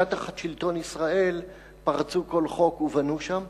דווקא תחת שלטון ישראל פרצו כל חוק ובנו שם.